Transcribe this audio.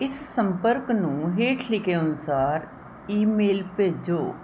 ਇਸ ਸੰਪਰਕ ਨੂੰ ਹੇਠ ਲਿਖੇ ਅਨੁਸਾਰ ਈਮੇਲ ਭੇਜੋ